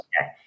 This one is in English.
Okay